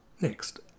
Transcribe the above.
Next